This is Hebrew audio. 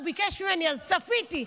הוא ביקש ממני אז צפיתי,